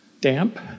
damp